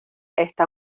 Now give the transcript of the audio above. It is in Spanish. está